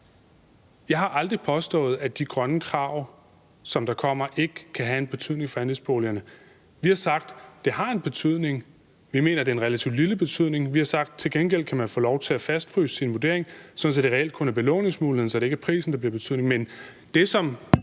Jeg har aldrig påstået, at de grønne krav, der kommer, ikke kan have en betydning for andelsboligerne. Vi har sagt, at det har en betydning, men at vi mener, at det er en relativt lille betydning. Og vi har sagt, at man til gengæld kan få lov til at fastfryse sin vurdering, sådan at det reelt kun er belåningsmuligheden og ikke prisen, der bliver af betydning.